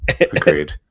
agreed